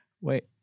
wait